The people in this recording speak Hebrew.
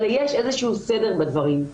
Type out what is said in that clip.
אלא יש איזשהו סדר בדברים.